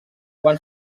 quan